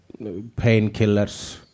painkillers